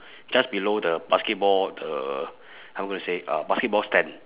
just below the basketball uh how am I gonna say uh basketball stand